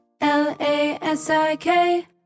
L-A-S-I-K